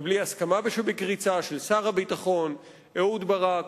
ובלי הסכמה שבקריצה של שר הביטחון אהוד ברק.